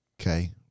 Okay